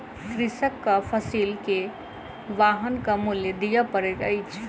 कृषकक फसिल के वाहनक मूल्य दिअ पड़ैत अछि